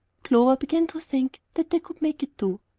clover began to think that they could make it do.